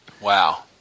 Wow